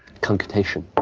confutation.